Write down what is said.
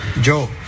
Joe